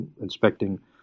inspecting